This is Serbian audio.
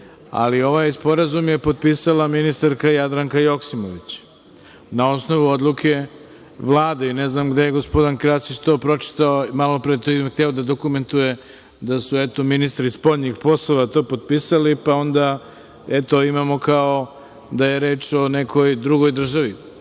ali ovaj sporazum je potpisala ministarka Jadranka Joksimović na osnovu odluke Vlade. Ne znam gde je to gospodin Krasić to pročitao, i malo pre hteo da dokumentuje, da su eto, ministri spoljnih poslova to potpisali, pa onda, eto, imamo, kao da je reč o nekoj drugoj državi. Druga